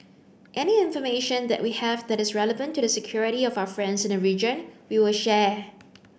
any information that we have that is relevant to the security of our friends in the region we will share